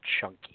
Chunky